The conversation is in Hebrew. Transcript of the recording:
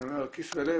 אני אומר הכיס והלב,